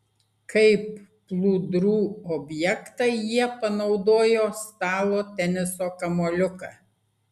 kaip plūdrų objektą jie panaudojo stalo teniso kamuoliuką